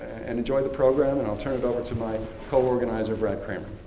and enjoy the program. and i'll turn it over to my co-organizer, brad cramer.